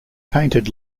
painted